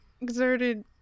exerted